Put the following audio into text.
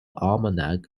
almanac